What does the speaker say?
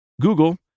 Google